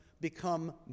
become